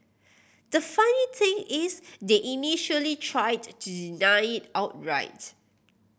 the funny thing is they initially tried to deny it outright